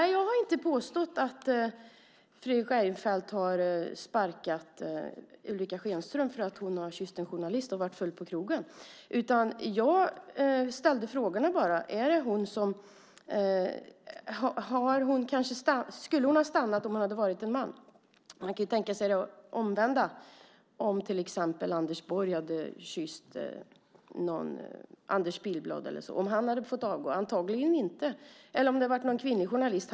Jag har inte påstått att Fredrik Reinfeldt har sparkat henne för att hon har kysst en journalist och varit full på krogen. Jag ställde bara frågorna. Skulle hon ha stannat om hon hade varit man? Man kan ju tänka sig det omvända - om till exempel Anders Borg hade kysst Anders Pihlblad eller någon kvinnlig journalist. Hade han fått avgå då? Det hade han antagligen inte.